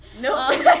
No